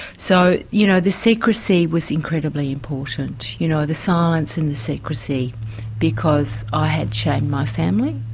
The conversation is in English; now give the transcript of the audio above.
so, you know, the secrecy was incredibly important, you know, the silence and the secrecy because i had shamed my family.